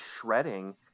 shredding